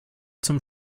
zum